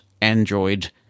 Android